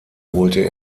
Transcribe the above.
holte